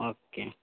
okay